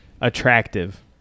attractive